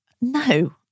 No